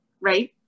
right